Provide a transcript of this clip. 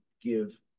give